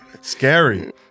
Scary